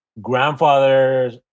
grandfathers